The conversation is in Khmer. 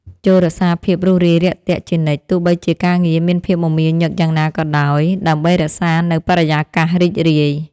ចូររក្សាភាពរួសរាយរាក់ទាក់ជានិច្ចទោះបីជាការងារមានភាពមមាញឹកយ៉ាងណាក៏ដោយដើម្បីរក្សានូវបរិយាកាសរីករាយ។